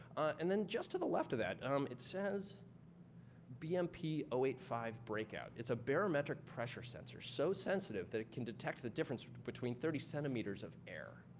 and then, just to the left of that, um it says b m p zero eight five breakout. it's a barometric pressure sensor so sensitive that it can detect the difference between thirty centimeters of air.